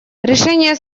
решение